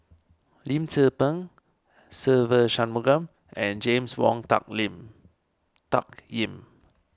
Lim Tze Peng Se Ve Shanmugam and James Wong Tuck Lim Tuck Yim